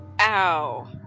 Ow